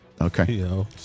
Okay